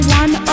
one